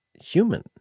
human